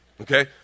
Okay